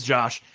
Josh